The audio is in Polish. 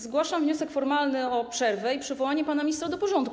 Zgłaszam wniosek formalny o przerwę i przywołanie pana ministra do porządku.